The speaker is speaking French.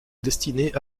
destinées